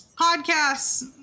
podcasts